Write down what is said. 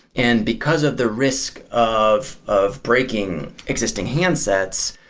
and because of the risk of of breaking existing handsets,